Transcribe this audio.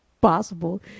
possible